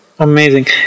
amazing